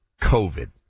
COVID